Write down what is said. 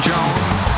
Jones